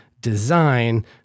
design